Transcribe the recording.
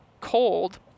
cold